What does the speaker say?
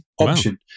option